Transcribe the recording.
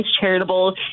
charitable